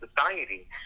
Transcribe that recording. society